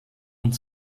und